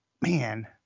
man